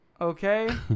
Okay